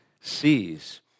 sees